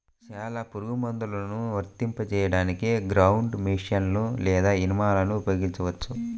చాలా పురుగుమందులను వర్తింపజేయడానికి గ్రౌండ్ మెషీన్లు లేదా విమానాలను ఉపయోగించవచ్చు